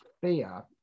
fear